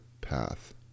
path